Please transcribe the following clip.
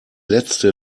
letzte